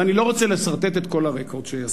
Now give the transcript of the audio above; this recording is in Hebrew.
אני לא רוצה לסרטט את כל הרקורד שהיא עשתה.